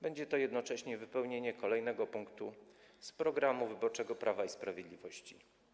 Będzie to jednocześnie wypełnienie kolejnego punktu z programu wyborczego Prawa i Sprawiedliwości.